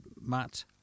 Matt